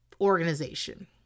organization